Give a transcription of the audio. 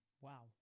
Wow